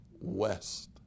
west